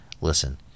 listen